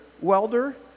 welder